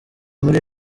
muri